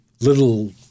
little